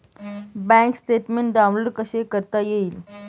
Bank statement download कसे करता येईल?